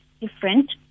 different